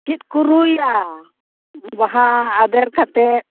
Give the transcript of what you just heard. ᱪᱮᱫᱠᱚ ᱨᱩᱭᱟ ᱵᱟᱦᱟ ᱟᱫᱮᱨ ᱠᱟᱛᱮᱫ